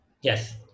Yes